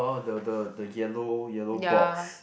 the the the yellow yellow box